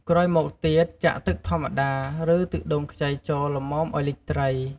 ក្រោយមកទៀត ចាក់ទឹកធម្មតា ឬទឹកដូងខ្ចីចូលល្មមឱ្យលិចត្រី។